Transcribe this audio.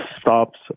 stops